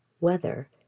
weather